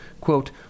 quote